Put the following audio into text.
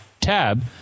tab